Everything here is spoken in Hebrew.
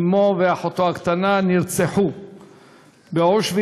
אמו ואחותו הקטנה נרצחו באושוויץ,